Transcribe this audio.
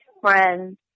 friends